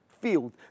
field